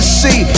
see